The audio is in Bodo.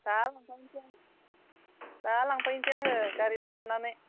दा लांफैनोसै आङो गारि लाखानानै